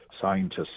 scientists